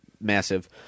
massive